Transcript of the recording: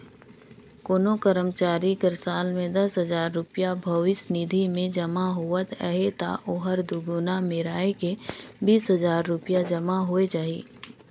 कोनो करमचारी कर साल में दस हजार रूपिया भविस निधि में जमा होवत अहे ता ओहर दुगुना मेराए के बीस हजार रूपिया जमा होए जाही